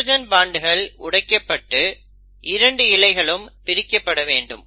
hydrogen பாண்டுகள் உடைக்கப்பட்டு 2 இழைகளும் பிரிக்கப்படவேண்டும்